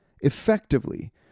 Effectively